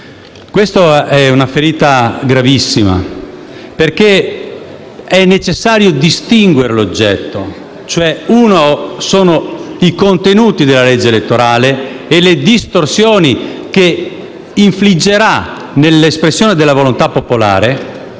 Questa è una ferita gravissima, perché è necessario distinguere l'oggetto. Una cosa sono i contenuti della legge elettorale e le distorsioni che infliggerà nell'espressione della volontà popolare;